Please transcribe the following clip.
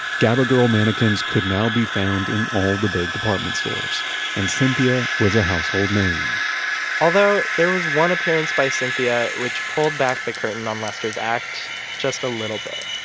gaba girl mannequins could now be found in all the big department stores and cynthia was a household name although there was one appearance by cynthia which pulled back the curtain on lester's act just a little bit.